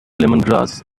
lemongrass